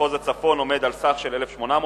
מחוז הצפון עומד על 1,800 חברים,